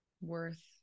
worth